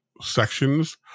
sections